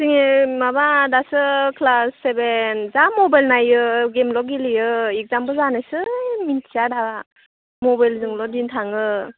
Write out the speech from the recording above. जोङो माबा दासो क्लास सेभेन जा मबाइल नायो गेमल' गेलेयो एक्जामाबो जानोसै मिन्थिया दा मबाइलजोंल' दिन थाङो